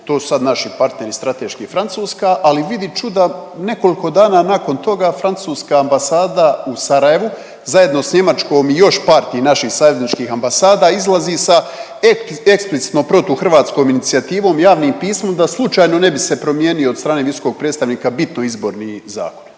To su sad naši partneri strateški Francuska, ali vidi čuda nekoliko dana nakon toga francuska ambasada u Sarajevu, zajedno s Njemačkom i još par tih naših savezničkih ambasada izlazi sa eksplicitno protuhrvatskom inicijativom i javnim pismom da slučajno ne bi se promijenio od strane visokog predstavnika bitno izborni zakon.